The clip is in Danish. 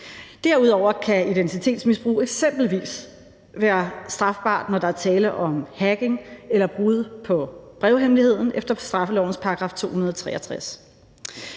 Derudover kan identitetsmisbrug eksempelvis være strafbart, når der er tale om hacking eller brud på brevhemmeligheden efter straffelovens § 263.